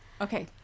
Okay